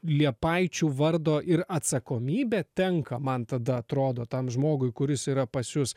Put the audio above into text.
liepaičių vardo ir atsakomybė tenka man tada atrodo tam žmogui kuris yra pas jus